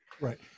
Right